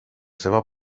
seva